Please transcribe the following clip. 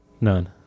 none